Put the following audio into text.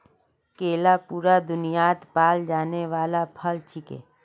केला पूरा दुन्यात पाल जाने वाला फल छिके